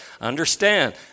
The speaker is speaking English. understand